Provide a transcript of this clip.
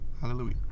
Hallelujah